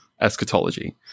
eschatology